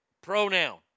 pronoun